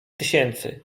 tysięcy